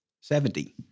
Seventy